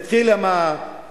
זה התחיל עם פרופסור